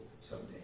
someday